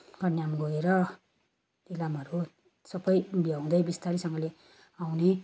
कन्याम गएर इलामहरू सबै भ्याउँदै बिस्तारैसँगले आउने